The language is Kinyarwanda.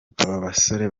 basore